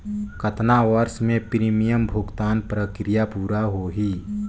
कतना वर्ष मे प्रीमियम भुगतान प्रक्रिया पूरा होही?